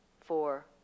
four